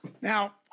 Now